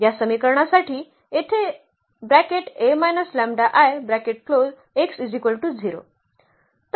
या समीकरणासाठी येथे